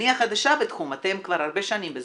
אני החדשה בתחום, אתם כבר עובדים בזה הרבה שנים.